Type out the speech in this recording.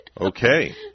Okay